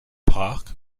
park